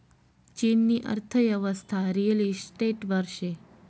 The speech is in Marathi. चीननी अर्थयेवस्था रिअल इशटेटवर शे